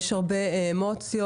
יש הרבה אמוציות,